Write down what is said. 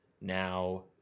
now